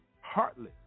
heartless